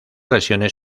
lesiones